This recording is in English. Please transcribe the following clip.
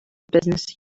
business